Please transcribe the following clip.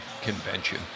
convention